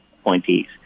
appointees